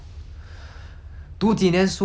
my parents just like